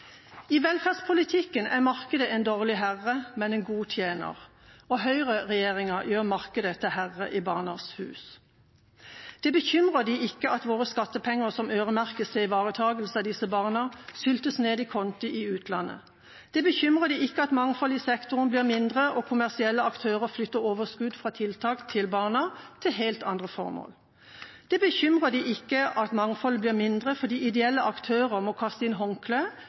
I velferdspolitikken er markedet en dårlig herre, men en god tjener, og høyreregjeringen gjør markedet til herre i barnas hus. Det bekymrer dem ikke at våre skattepenger som øremerkes til ivaretakelse av disse barna, syltes ned i konti i utlandet. Det bekymrer dem ikke at mangfoldet i sektoren blir mindre, og at kommersielle aktører flytter overskudd fra tiltak til barna til helt andre formål. Det bekymrer dem ikke at mangfoldet blir mindre fordi ideelle aktører må kaste inn